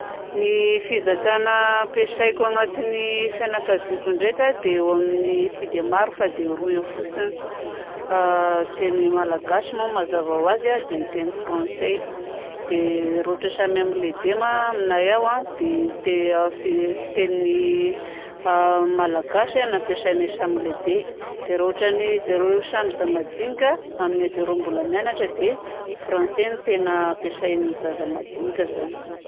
Ny fizakàgna ampiasaiko agnatin'ny fianakaviako ndraika dia eo amin'ny, tsy dia maro fa dia roa eo fotsiny: a teny malagasy moa mazava ho azy a, dia teny frantsay. Dia raha ohatra samy amin'ny lehibe ma aminay ao a, dia fiteny malagasy a no ampiasaignay samy lehibe. Dia raha ôtrany zareo samy zaza majinika, amin'ny zareo mbola mianatra dia français no tena ampiasain'ny zaza majinika zany.